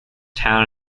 town